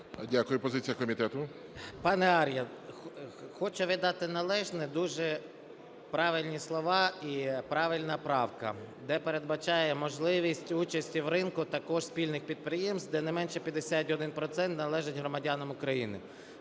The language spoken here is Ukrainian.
СОЛЬСЬКИЙ М.Т. Пане Ар'єв, хочу віддати належне, дуже правильні слова і правильна правка, де передбачає можливість участі в ринку також спільних підприємств, де не менше 51 процента належить громадянам України.